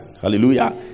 hallelujah